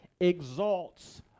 exalts